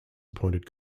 appointed